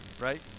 right